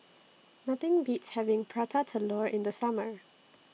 Nothing Beats having Prata Telur in The Summer